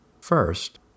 First